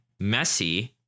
Messi